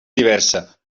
diversa